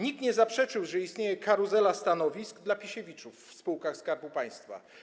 Nikt nie zaprzeczył, że istnieje karuzela stanowisk dla Pisiewiczów w spółkach Skarbu Państwa.